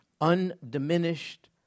Undiminished